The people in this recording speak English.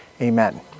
Amen